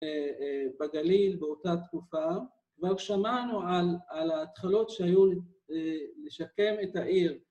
‫בגליל באותה תקופה. ‫כבר שמענו על... על ההתחלות ‫שהיו אה... לשקם את העיר.